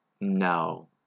No